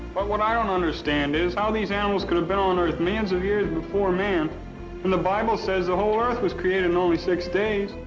but what i don't understand is how these animals could've been on earth millions of years before man when and the bible says the whole earth was created in only six days.